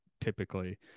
typically